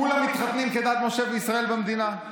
כולם מתחתנים כדת משה וישראל במדינה?